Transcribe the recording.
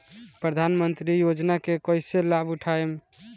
प्रधानमंत्री योजना के कईसे लाभ उठाईम?